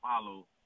follow